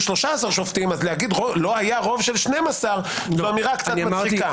13 שופטים לומר שלא היה רוב של 12 זו אמירה קצת מצחיקה.